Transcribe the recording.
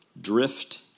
drift